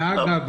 לא צריך.